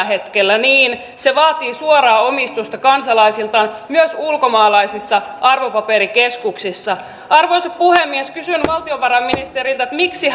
hetkellä niin se vaatii suoraa omistusta kansalaisiltaan myös ulkomaalaisissa arvopaperikeskuksissa arvoisa puhemies kysyn valtiovarainministeriltä miksi